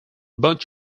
bunch